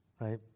right